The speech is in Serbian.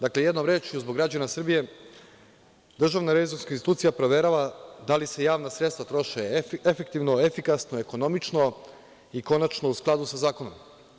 Dakle, jednom rečju, zbog građana Srbije, DRI proverava da li se javna sredstva troše efektivno, efikasno, ekonomično i konačno u skladu sa zakonom.